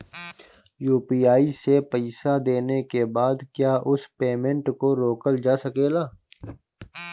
UPI से पईसा देने के बाद क्या उस पेमेंट को रोकल जा सकेला?